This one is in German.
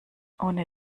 ohne